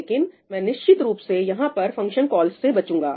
लेकिन मैं निश्चित रूप से यहां पर फंक्शन कॉल्स से बचूंगा